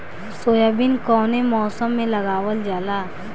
Soybean कौने मौसम में लगावल जा?